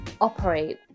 operate